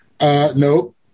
Nope